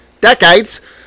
decades